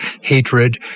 hatred